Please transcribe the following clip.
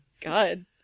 God